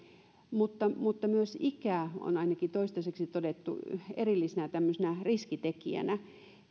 mutta mutta myös ikä on ainakin toistaiseksi todettu tämmöisenä erillisenä riskitekijänä